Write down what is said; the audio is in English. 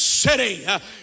City